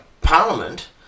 Parliament